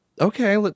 Okay